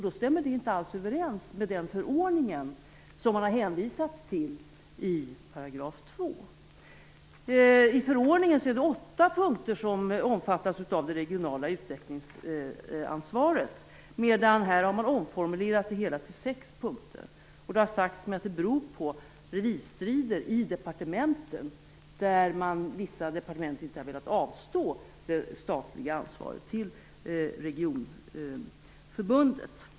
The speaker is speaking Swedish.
Då stämmer det inte alls överens med den förordning som man har hänvisat till i § 2. I förordningen omfattas åtta punkter av det regionala utvecklingsansvaret. Regeringen har omformulerat det till sex punkter. Det har sagts mig att det beror på revirstrider i departementen. Vissa departement har inte velat avstå det statliga ansvaret till regionförbundet.